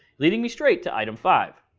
leading me strait to item five.